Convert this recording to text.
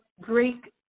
Greek